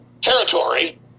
territory